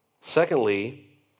Secondly